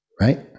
Right